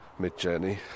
Midjourney